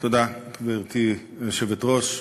גברתי היושבת-ראש,